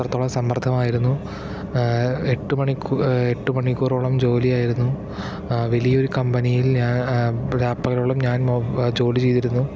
അത്രത്തോളം സമ്മര്ദ്ദമായിരുന്നു എട്ടുമണിക്കൂ എട്ടുമണിക്കൂറോളം ജോലിയാരുന്നു വലിയ ഒരു കമ്പനിയില് ഞാൻ രാപ്പകളോളം ഞാന് ജോലി ചെയ്തിരുന്നു